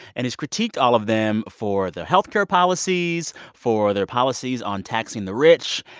and he's critiqued all of them for their health care policies, for their policies on taxing the rich.